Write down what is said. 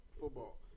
football